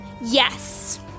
Yes